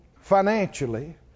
financially